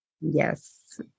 Yes